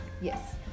yes